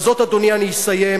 בזאת, אדוני, אני אסיים.